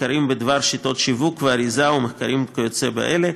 מחקרים בדבר שיטות שיווק ואריזה ומחקרים כיוצא באלה,